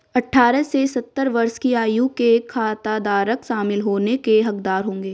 अठारह से सत्तर वर्ष की आयु के खाताधारक शामिल होने के हकदार होंगे